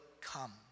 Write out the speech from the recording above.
come